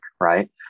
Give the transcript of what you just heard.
right